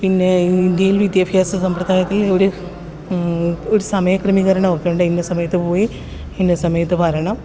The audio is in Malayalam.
പിന്നെ ഇന്ത്യയിൽ വിദ്യാഭ്യാസ സമ്പ്രദായത്തിൽ ഒരു ഒരു സമയ ക്രമീകരണം ഒക്കെയുണ്ട് ഇന്ന സമയത്ത് പോയി ഇന്ന സമയത്ത് വരണം